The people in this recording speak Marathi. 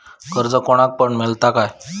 कर्ज कोणाक पण मेलता काय?